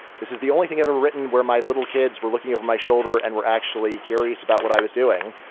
this is the only thing ever written where my little kids were looking over my shoulder and were actually curious about what i was doing.